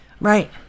Right